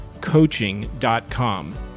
coaching.com